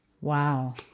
wow